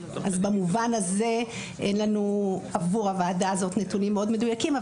אז במובן הזה אין לנו עבור הוועדה הזאת נתונים מאוד מדויקים,